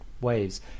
waves